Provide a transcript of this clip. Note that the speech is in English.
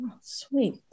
Sweet